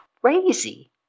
crazy